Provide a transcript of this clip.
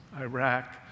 Iraq